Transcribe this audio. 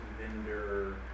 vendor